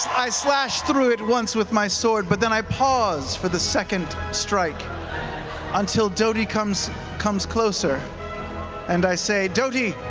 i slash through it once with my sword, but then i pause for the second strike until doty comes comes closer and i say doty,